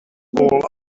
all